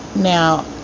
Now